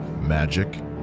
magic